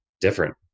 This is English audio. different